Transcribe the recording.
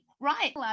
right